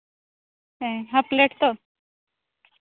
ᱦᱮᱸ half plate ᱛᱚ